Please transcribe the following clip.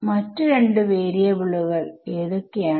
മറ്റു രണ്ട് വാരിയബിളുകൾ ഏതൊക്കെയാണ്